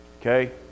Okay